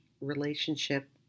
relationship